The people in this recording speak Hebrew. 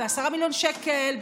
ב-10 מיליון שקל,